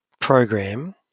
program